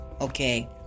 Okay